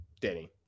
denny